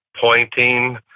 pointing